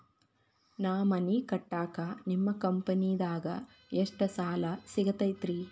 ನಾ ಮನಿ ಕಟ್ಟಾಕ ನಿಮ್ಮ ಕಂಪನಿದಾಗ ಎಷ್ಟ ಸಾಲ ಸಿಗತೈತ್ರಿ?